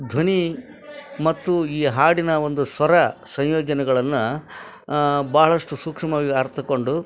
ಧ್ವನಿ ಮತ್ತು ಈ ಹಾಡಿನ ಒಂದು ಸ್ವರ ಸಂಯೋಜನೆಗಳನ್ನು ಬಹಳಷ್ಟು ಸೂಕ್ಷ್ಮವಾಗಿ ಅರಿತುಕೊಂಡು